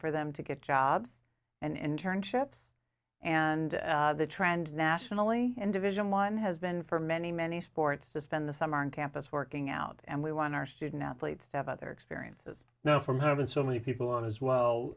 for them to get jobs and internships and the trend nationally in division one has been for many many sports to spend the summer in campus working out and we want our student athletes that other experiences know from harvard so many people as well